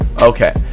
Okay